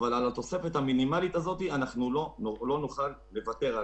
אבל על התוספת המינימאלית הזאת לא נוכל לוותר.